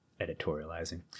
Editorializing